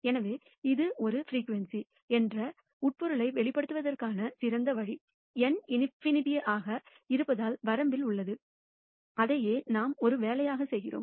எனவே இதை ஒரு பிரீகுயென்சி என்று உட்பொருளை வெளிப்படுத்துவதற்கான சிறந்த வழி N இன்ஃபினிட்டி ∞ ஆக இருப்பதால் வரம்பில் உள்ளது அதையே நாம் ஒரு வேலையாக செய்கிறோம்